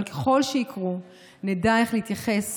אבל ככל שיקרו נדע איך להתייחס